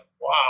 wow